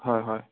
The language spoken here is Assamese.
হয় হয়